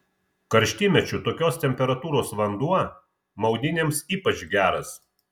karštymečiu tokios temperatūros vanduo maudynėms ypač geras